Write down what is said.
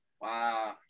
Wow